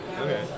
Okay